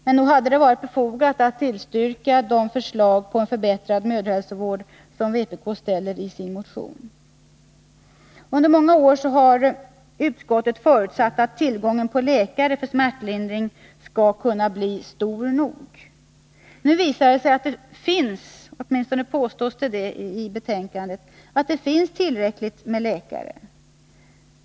Men nog hade det varit befogat att tillstyrka de förslag om en förbättrad mödrahälsovård som vpk ställer i sin motion. Under många år har utskottet förutsatt att tillgången på läkare för smärtlindring skall kunna bli stor nog. Nu visar det sig — åtminstone påstås detta i betänkandet — att det finns tillräckligt med läkare.